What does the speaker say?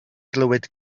glywed